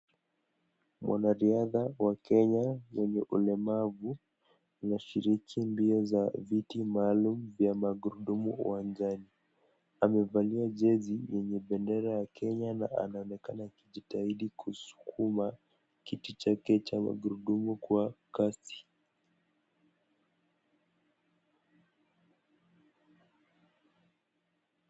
Wanariadha wa Kenya wenye ulemavu wanashiriki mbio za viti maalum vya magurudumu uwanjani. Amevalia jezi yenye bendera ya Kenya na anaonekana akijitahidi kusukuma kiti chake cha magurudumu kwa kasi.